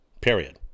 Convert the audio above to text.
period